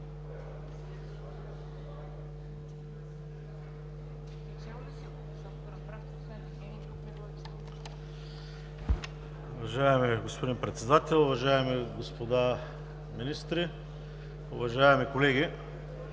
Уважаеми господин Председател, уважаеми господа министри, скъпи колеги!